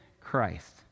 Christ